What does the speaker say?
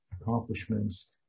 accomplishments